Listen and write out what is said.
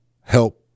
help